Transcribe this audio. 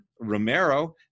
Romero